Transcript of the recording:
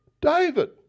David